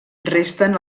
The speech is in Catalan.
resten